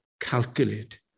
calculate